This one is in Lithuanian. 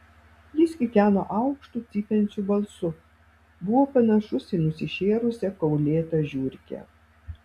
jis kikeno aukštu cypiančiu balsu buvo panašus į nusišėrusią kaulėtą žiurkę